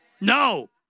No